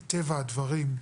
מטבע הדברים,